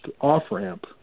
off-ramp